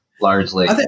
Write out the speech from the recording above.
largely